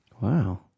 Wow